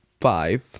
five